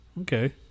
okay